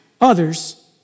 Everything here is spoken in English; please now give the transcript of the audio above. others